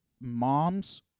moms